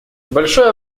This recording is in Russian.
большое